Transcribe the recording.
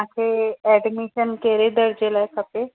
तव्हांखे एडमिशन कहिड़े दर्जे लाइ खपे